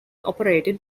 operated